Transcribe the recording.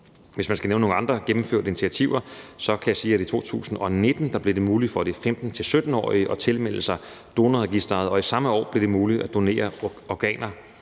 Hvis jeg skal nævne nogle andre gennemførte initiativer, kan jeg sige, at i 2019 blev det muligt for de 15-17-årige at tilmelde sig Donorregistret, og i samme år blev det muligt at donere organer